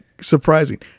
surprising